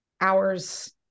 hours